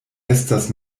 estas